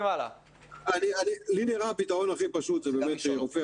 לי נראה הפתרון הכי פשוט זה שרופא